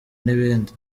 n’ibindi